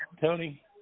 Tony